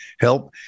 help